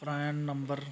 PRAN number